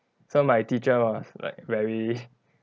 so my teacher was like very